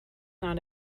not